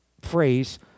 phrase